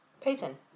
Payton